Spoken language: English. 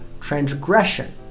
transgression